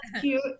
cute